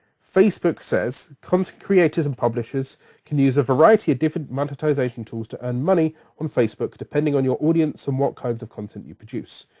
facebook says, content creators and publishers can use a variety of different monetization tools to earn money on facebook depending on your audience and what kinds of content you produce.